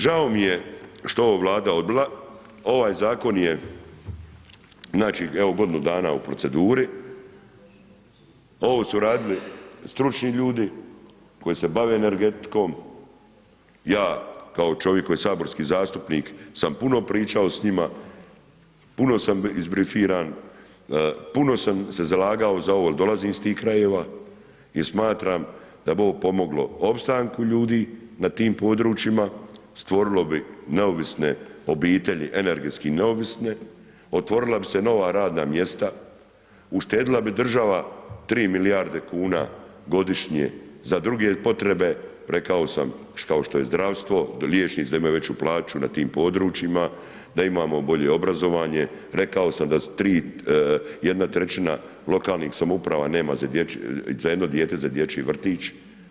Žao mi je što je ovo Vlada odbila, ovaj zakon je znači evo godinu dana u proceduri, ovo su radili stručni ljudi, koji se bave energetikom, ja kao čovjek koji je saborski zastupnik sam puno pričao s njima, puno sam izbrifiran, puno sam se zalagao za ovo jer dolazim iz tih krajeva i smatram da bi ovo pomoglo opstanku ljudi na tim područjima, stvorilo bi neovisne obitelji, energetski neovisne, otvorila bi se nova radna mjesta, uštedila bi država 3 milijarde kuna godišnje za druge potrebe, rekao sam kao što je zdravstvo, liječnici da imaju veću plaću na tim područjima, da imamo bolje obrazovanje, rekao sam da su 1/3 lokalnih samouprava nema za jedno dijete za dječji vrtić.